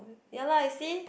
ya lah you see